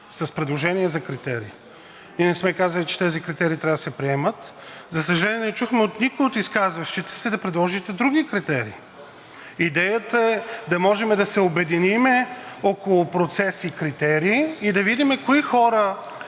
с предложение за критерии. Ние не сме казали, че тези критерии трябва да се приемат. За съжаление, не чухме от никого от изказващите се да предложите други критерии. Идеята е да можем да се обединим около процеси и критерии и да видим кои хора